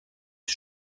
den